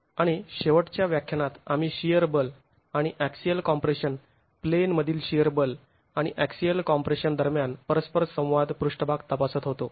आणि शेवटच्या व्याख्यानात आम्ही शिअर बल आणि अँक्सिअल कॉम्प्रेशन प्लेन मधील शिअर बल आणि अँक्सिअल कॉम्प्रेशन दरम्यान परस्पर संवाद पृष्ठभाग तपासत होतो